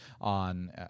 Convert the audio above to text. on